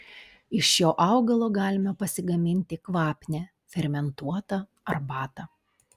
iš šio augalo galime pasigaminti kvapnią fermentuotą arbatą